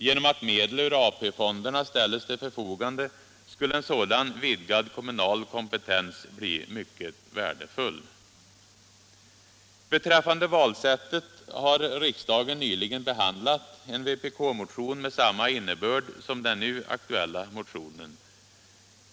Genom att medel ur AP-fonderna ställs till förfogande skulle en sådan vidgad kommunal kompetens bli mycket betydelsefull. —=" Beträffande valsättet har riksdagen nyligen behandlat en vpk-motion med samma innebörd som den nu aktuella motionen.